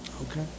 Okay